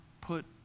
put